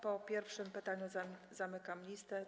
Po pierwszym pytaniu zamykam listę.